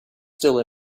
still